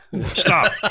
Stop